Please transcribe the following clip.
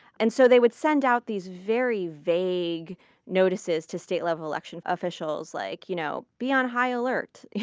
and so they would send out these very vague notices to state level election officials, like you know be on high alert, yeah